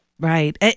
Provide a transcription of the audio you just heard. Right